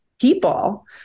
people